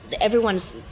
everyone's